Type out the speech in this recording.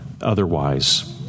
otherwise